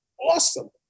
awesome